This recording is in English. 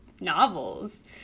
novels